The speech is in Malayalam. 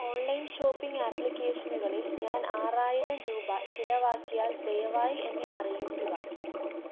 ഓൺലൈൻ ഷോപ്പിംഗ് അപ്ലിക്കേഷനുകളിൽ ഞാൻ ആറായിരം രൂപ ചിലവാക്കിയാൽ ദയവായി എന്നെ അറിയിക്കുക